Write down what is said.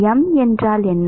m என்றால் என்ன